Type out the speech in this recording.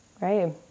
right